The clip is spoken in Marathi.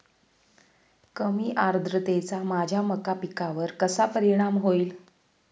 कमी आर्द्रतेचा माझ्या मका पिकावर कसा परिणाम होईल?